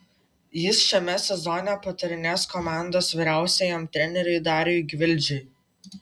jis šiame sezone patarinės komandos vyriausiajam treneriui dariui gvildžiui